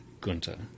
Gunter